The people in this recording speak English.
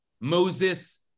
Moses